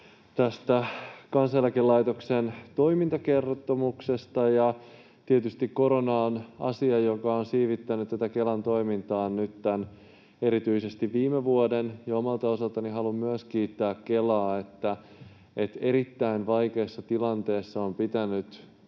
tästä Kansaneläkelaitoksen toimintakertomuksesta. Tietysti korona on asia, joka on siivittänyt Kelan toimintaa erityisesti viime vuoden. Myös omalta osaltani haluan kiittää Kelaa, koska erittäin vaikeassa tilanteessa on pitänyt